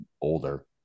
older